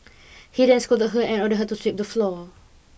he then scolded her and ordered her to sweep the floor